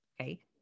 Okay